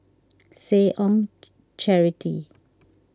Seh Ong Charity